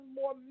more